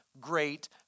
great